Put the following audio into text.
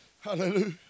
hallelujah